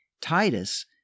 Titus